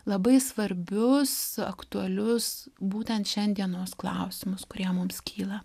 labai svarbius aktualius būtent šiandienos klausimus kurie mums kyla